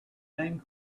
name